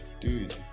dude